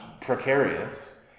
precarious